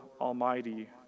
Almighty